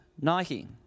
Nike